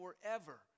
forever